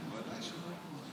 בוודאי שלא.